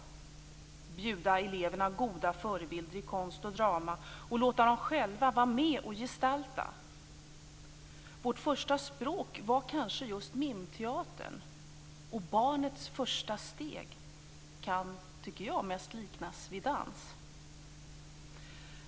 Det handlar om att bjuda eleverna goda förebilder i konst och drama och om att låta dem själva vara med och gestalta. Vårt första språk var kanske just mimteatern. Barnets första steg kan, tycker jag, mest liknas vid dans.